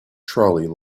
trolley